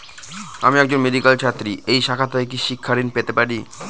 আমি একজন মেডিক্যাল ছাত্রী এই শাখা থেকে কি শিক্ষাঋণ পেতে পারি?